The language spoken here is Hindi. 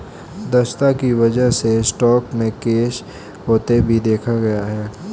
दक्षता की वजह से स्टॉक में क्रैश होते भी देखा गया है